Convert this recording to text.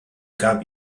gab